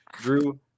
Drew